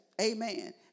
Amen